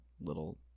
little